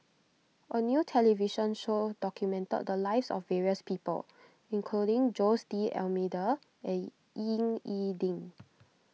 a new television show documented the lives of various people including Jose D'Almeida and Ying E Ding